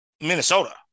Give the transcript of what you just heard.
Minnesota